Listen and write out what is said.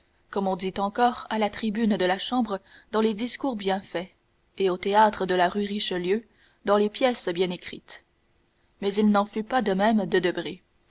comme on dit encore à la tribune de la chambre dans les discours bien faits et au théâtre de la rue richelieu dans les pièces bien écrites mais il n'en fut pas de même de